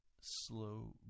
slow